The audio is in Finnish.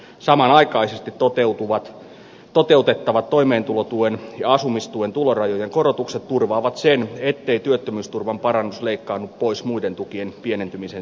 samanaikaisesti toteutettavat toimeentulotuen ja asumistuen tulorajojen korotukset turvaavat sen ettei työttömyysturvan parannus leikkaannu pois muiden tukien pienentymisen seurauksena